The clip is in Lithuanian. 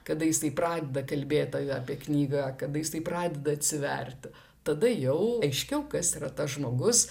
kada jisai pradeda kalbėt apie knygą kad daiktai pradeda atsiverti tada jau aiškiau kas yra tas žmogus